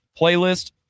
playlist